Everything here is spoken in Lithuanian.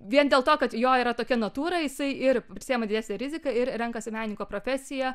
vien dėl to kad jo yra tokia natūra jisai ir prisiima didesnę riziką ir renkasi menininko profesiją